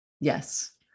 Yes